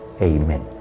Amen